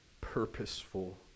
purposeful